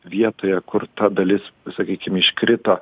vietoje kur ta dalis sakykim iškrito